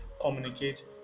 communicate